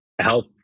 help